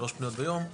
שלוש פניות ביום,